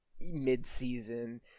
mid-season